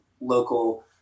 local